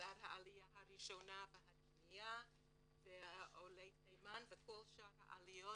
לצד העלייה הראשונה והשנייה ועולי תימן וכל שאר העליות,